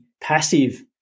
passive